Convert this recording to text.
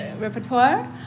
repertoire